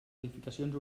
edificacions